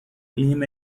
lima